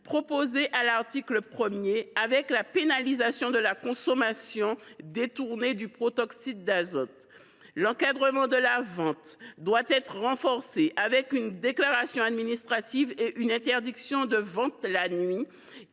proposées à l’article 1, qui prévoit la pénalisation de la consommation détournée de protoxyde d’azote. L’encadrement de la vente doit être renforcé une déclaration administrative et une interdiction de vente la nuit,